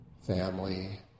family